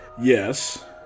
yes